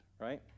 right